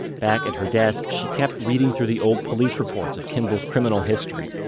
back at her desk, she kept reading through the old police reports of kimball's criminal history.